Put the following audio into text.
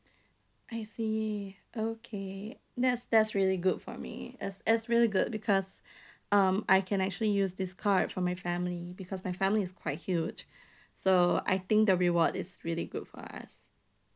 I see okay that's that's really good for me as as really because um I can actually use this card for my family because my family is quite huge so I think the reward is really good for us